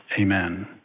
Amen